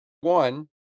one